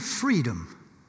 freedom